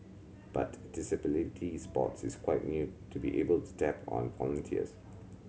but disability sports is quite new to be able to tap on volunteers